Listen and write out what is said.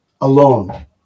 alone